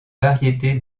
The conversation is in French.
variété